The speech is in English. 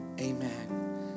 Amen